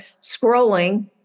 scrolling